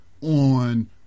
on